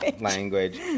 language